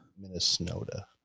Minnesota